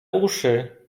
uszy